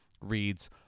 reads